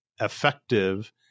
effective